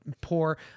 poor